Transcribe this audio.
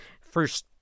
first